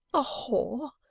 a whore?